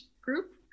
group